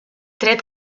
tret